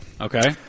Okay